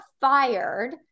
fired